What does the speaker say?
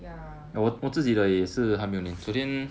ya